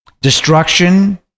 destruction